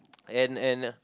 and and uh